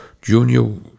Junior